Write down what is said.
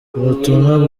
ubutumwa